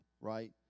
right